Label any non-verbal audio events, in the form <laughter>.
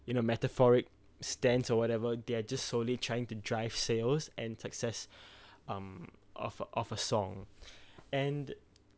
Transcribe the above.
you know metaphoric stance or whatever they are just solely trying to drive sales and success <breath> um of a of a song <breath> and